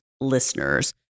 listeners